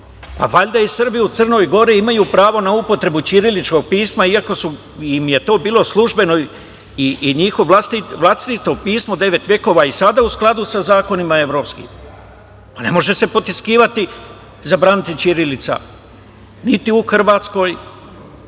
valjda i Srbi u Crnoj Gori imaju pravo na upotrebu ćiriličkog pisma, iako im je to bilo u službenoj… i njihovo vlastito pismo devet vekova i sada u skladu sa zakonima evropskim. Pa, ne može se potiskivati, zabraniti ćirilica niti u Hrvatskoj,